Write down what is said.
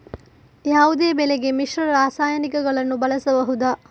ಯಾವುದೇ ಬೆಳೆಗೆ ಮಿಶ್ರ ರಾಸಾಯನಿಕಗಳನ್ನು ಬಳಸಬಹುದಾ?